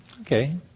Okay